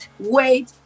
wait